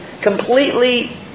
completely